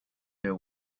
their